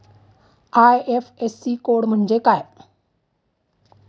IFSC code म्हणजे काय?